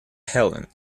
helen